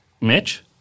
Mitch